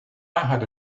had